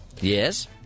Yes